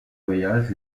voyages